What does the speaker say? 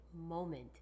moment